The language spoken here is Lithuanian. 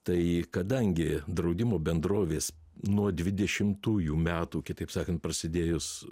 tai kadangi draudimo bendrovės nuo dvidešimtųjų metų kitaip sakant prasidėjus